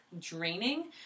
draining